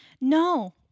no